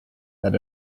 that